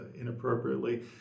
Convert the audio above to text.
inappropriately